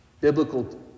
biblical